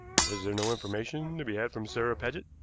was there no information to be had from sarah paget?